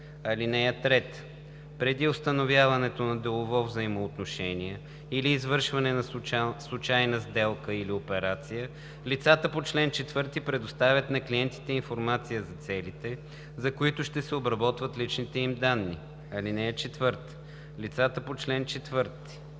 3 и 4: „(3) Преди установяването на делово взаимоотношение или извършване на случайна сделка или операция лицата по чл. 4 предоставят на клиентите информация за целите, за които ще се обработват личните им данни. (4) Лицата по чл. 4